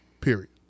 period